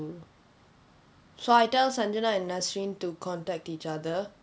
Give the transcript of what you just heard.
so I tell sanjana and nazreen to contact each other